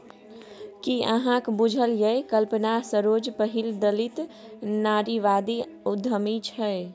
कि अहाँक बुझल यै कल्पना सरोज पहिल दलित नारीवादी उद्यमी छै?